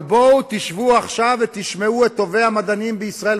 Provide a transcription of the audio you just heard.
אבל בואו שבו עכשיו ותשמעו מה אומרים לכם טובי המדענים בישראל.